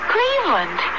Cleveland